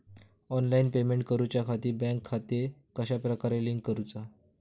Online payment करुच्याखाती bank खाते कश्या प्रकारे लिंक करुचा?